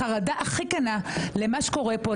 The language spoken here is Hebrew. בחרדה הכי כנה למה שקורה פה,